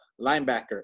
linebacker